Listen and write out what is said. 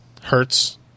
hertz